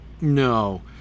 No